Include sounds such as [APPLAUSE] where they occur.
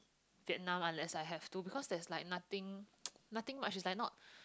Vietnam unless I have to because there is like nothing [NOISE] nothing much it's like not